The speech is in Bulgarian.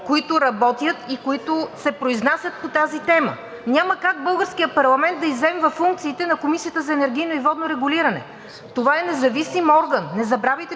които работят и които се произнасят по тази тема. Няма как българският парламент да изземва функциите на Комисията за енергийно и водно регулиране. Това е независим орган